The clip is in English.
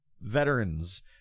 veterans